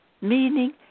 meaning